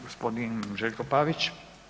G. Željko Pavić.